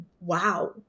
wow